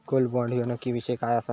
Gold bond ह्यो नक्की विषय काय आसा?